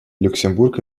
люксембург